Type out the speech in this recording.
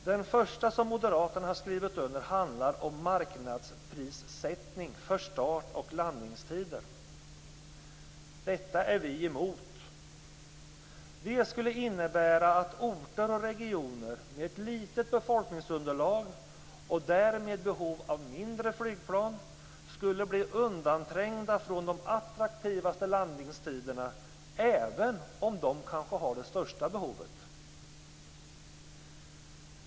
Den första, som moderaterna har skrivit under, handlar om en marknadsprissättning för start och landningstider. Detta är vi emot. Det skulle innebära att orter och regioner med litet befolkningsunderlag och därmed behov av mindre flygplan skulle bli undanträngda från de attraktivaste landningstiderna även om de kanske har det största behovet.